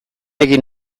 egin